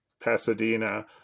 Pasadena